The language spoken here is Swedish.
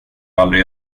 aldrig